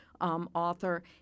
author